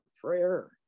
prayer